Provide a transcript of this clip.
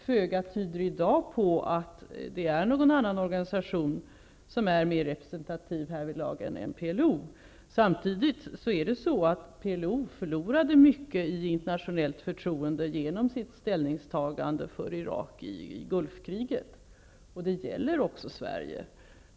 Föga tyder i dag på att det finns någon annan organisation som är mera representativ härvidlag än PLO. Samtidigt förlorade PLO mycket i internationellt förtroende genom sitt ställningstagande för Irak i Gulfkriget. Det gäller också Sverige.